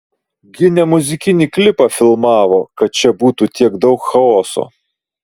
gi ne muzikinį klipą filmavo kad čia būtų tiek daug chaoso